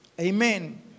Amen